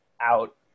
out